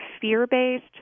fear-based